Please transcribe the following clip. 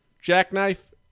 jackknife